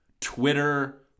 Twitter